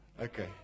Okay